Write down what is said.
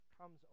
comes